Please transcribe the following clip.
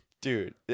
Dude